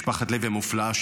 משפחת לוי המופלאה,